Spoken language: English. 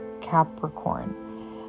capricorn